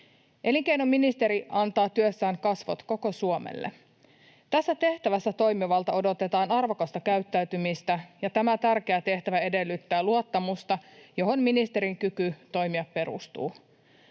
Elinkeinoministeri antaa työssään kasvot koko Suomelle. Tässä tehtävässä toimivalta odotetaan arvokasta käyttäytymistä, ja tämä tärkeä tehtävä edellyttää luottamusta, johon ministerin kyky toimia perustuu.